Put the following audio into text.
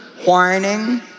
whining